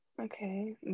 Okay